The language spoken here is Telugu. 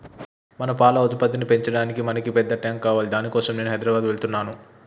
మన పాల ఉత్పత్తిని పెంచటానికి మనకి పెద్ద టాంక్ కావాలి దాని కోసం నేను హైదరాబాద్ వెళ్తున్నాను